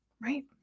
right